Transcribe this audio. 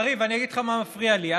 יריב, אני אגיד לך מה מפריע לי.